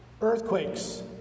earthquakes